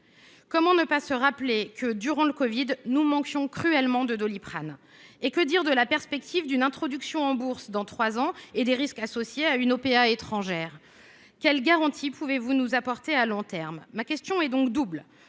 Comment ne pas se rappeler que, durant la crise du covid 19, nous manquions cruellement de Doliprane ? Et que dire de la perspective d’une introduction en bourse dans trois ans et des risques associés d’une offre publique d’achat (OPA) étrangère ? Quelles garanties pouvez vous nous apporter à long terme ? Ma question est donc double.